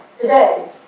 today